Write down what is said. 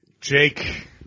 Jake